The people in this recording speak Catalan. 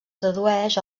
tradueix